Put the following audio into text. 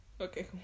Okay